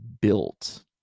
built